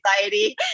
anxiety